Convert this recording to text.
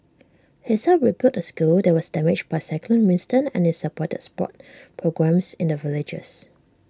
he's helped rebuild A school that was damaged by cyclone Winston and is supported sports programmes in the villages